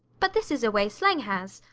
but this is a way slang has.